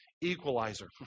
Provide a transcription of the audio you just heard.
equalizer